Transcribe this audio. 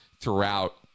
throughout